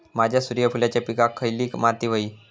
माझ्या सूर्यफुलाच्या पिकाक खयली माती व्हयी?